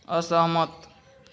असहमत